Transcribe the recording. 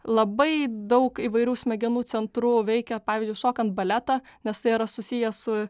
labai daug įvairių smegenų centrų veikia pavyzdžiui šokant baletą nes tai yra susiję su